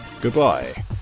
goodbye